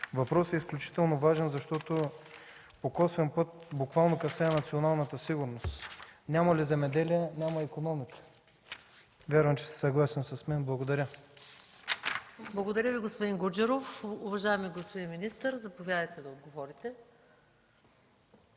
Въпросът е изключително важен, защото по косвен път буквално касае националната сигурност – няма ли земеделие, няма икономика. Вярвам, че сте съгласен с мен. Благодаря. ПРЕДСЕДАТЕЛ МАЯ МАНОЛОВА: Благодаря Ви, господин Гуджеров. Уважаеми господин министър, заповядайте да отговорите.